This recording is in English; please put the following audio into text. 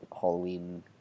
Halloween